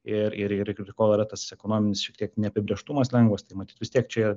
ir ir ir iki kol yra tas ekonominis šiek tiek neapibrėžtumas lengvas tai matyt vis tiek čia